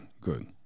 good